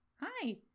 hi